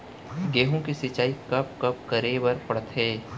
गेहूँ के सिंचाई कब कब करे बर पड़थे?